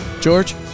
George